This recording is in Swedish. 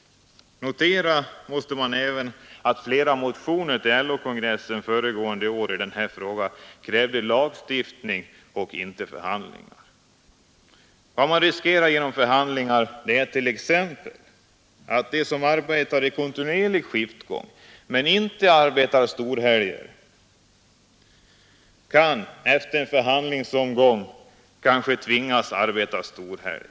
Man måste även notera att flera motioner i den här frågan till LO-kongressen föregående år krävde lagstiftning och inte förhandlingar. Vad man riskerar genom förhandlingar är t.ex. att de som arbetar i kontinuerlig skiftgång, men inte arbetar storhelger, efter en förhandlingsomgång kanske kan tvingas arbeta storhelger.